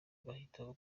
bahitamo